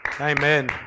Amen